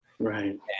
Right